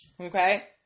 Okay